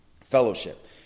Fellowship